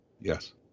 Yes